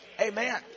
Amen